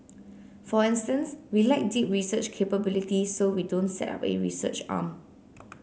for instance we lack deep research capability so we don't set up a research arm